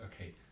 okay